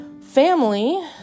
Family